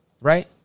right